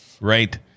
right